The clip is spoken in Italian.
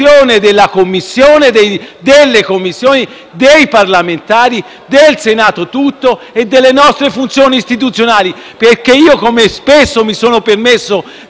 umiliazione delle Commissioni, dei parlamentari, del Senato tutto e delle nostre funzioni istituzionali. Come spesso mi sono permesso